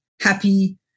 happy